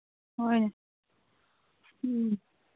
ꯍꯣꯏꯅꯦ ꯎꯝ